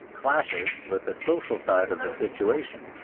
clashes with the social side of the situation,